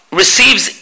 receives